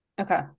Okay